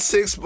Six